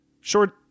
short